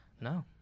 No